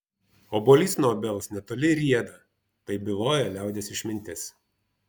obuolys nuo obels netoli rieda taip byloja liaudies išmintis